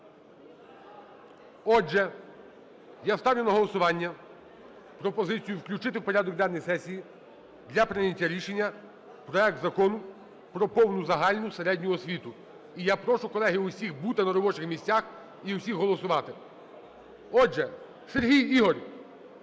Отже, я ставлю на голосування пропозицію включити в порядок денний сесії для прийняття рішення проект Закону про повну загальну середню освіту. І я прошу, колеги, усіх бути на робочих місцях і всіх голосувати. Отже… Сергій, Ігор!